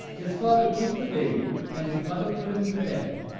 his father took the baby, and his mother put him to bed.